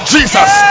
Jesus